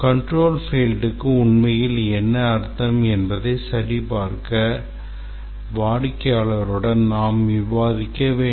control fieldக்கு உண்மையில் என்ன அர்த்தம் என்பதை சரிபார்க்க வாடிக்கையாளருடன் நாம் விவாதிக்க வேண்டும்